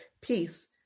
Peace